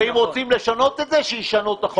אם רוצים לשנות את זה שישנו את החוק.